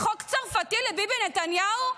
חוק צרפתי לביבי נתניהו?